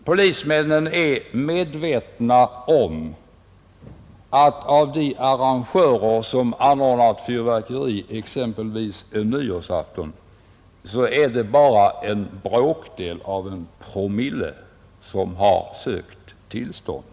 Polisen är medveten om att av dem som anordnar fyrverkerier, exempelvis på nyårsafton, har bara en bråkdel av en promille sökt tillstånd.